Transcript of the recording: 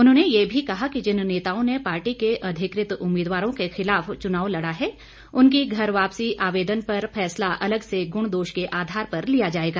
उन्होंने यह भी कहा कि जिन नेताओं ने पार्टी के अधिकृत उम्मीदवारों के खिलाफ चुनाव लड़ा है उनकी घर वापसी आवेदन पर फैसला अलग से गुण दोष के आधार पर लिया जाएगा